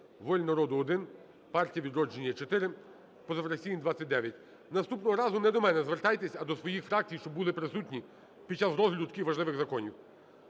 "Воля народу" – 1, "Партія "Відродження" – 4, позафракційні – 29. Наступного разу не до мене звертайтесь, а своїх фракцій, щоб були присутні під час розгляду таких важливих законів.